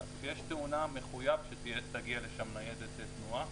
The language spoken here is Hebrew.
כשיש תאונה מחויב שתגיע לשם ניידת תנועה